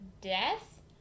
death